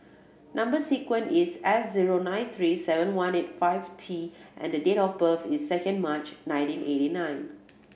number sequence is S zero nine three seven one eight five T and the date of birth is second March nineteen eighty nine